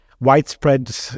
widespread